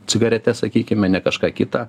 cigaretes sakykime ne kažką kitą